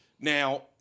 Now